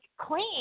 clean